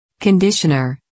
conditioner